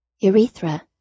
Urethra